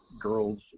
girls